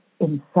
inside